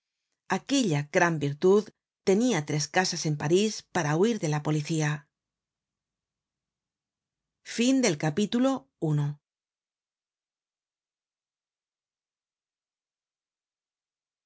aquella gran virtud tenia tres casas en parís para huir de la policía content from